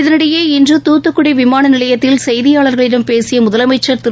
இதனிடையே இன்று துத்துக்குடி விமான நிலையத்தில் செய்தியாளர்களிடம் பேசிய முதலமைச்சா் திரு